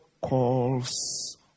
calls